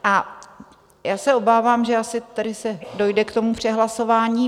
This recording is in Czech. A já se obávám, že asi tady dojde k tomu přehlasování.